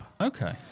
Okay